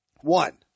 One